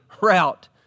route